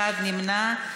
אחד נמנע.